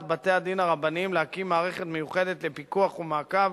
בתי-הדין הרבניים להקים מערכת מיוחדת לפיקוח ומעקב